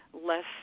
less